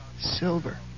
silver